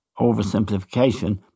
oversimplification